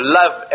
love